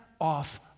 off